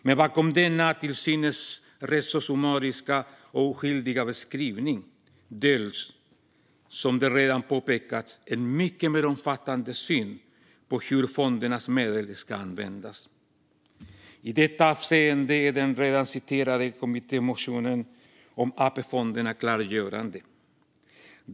Men bakom denna till synes rätt summariska och oskyldiga beskrivning döljs, som redan påpekats, en mycket mer omfattande syn på hur fondernas medel ska användas. I detta avseende är den redan citerade kommittémotionen om AP-fonderna klargörande.